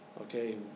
Okay